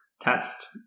test